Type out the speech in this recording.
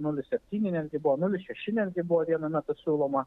nulis septyni netgi buvo nulis šeši netgi buvo vienu metu siūloma